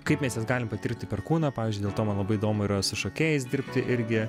kaip mes jas galim patirti per kūną pavyzdžiui dėl to man labai įdomu yra su šokėjais dirbti irgi